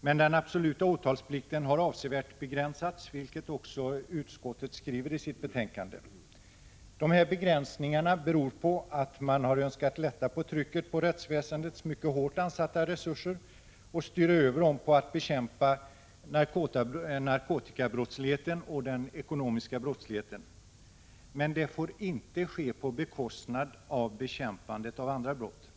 men den absoluta åtalsplikten har avsevärt begränsats, vilket också utskottet skriver i sitt betänkande. De här begränsningarna beror på att man har önskat lätta på trycket när det gäller rättsväsendets mycket hårt ansatta resurser och styra över dem på att bekämpa narkotikabrottsligheten och den ekonomiska brottsligheten. Men det får inte ske på bekostnad av bekämpandet av andra brott.